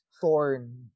thorn